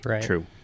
True